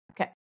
Okay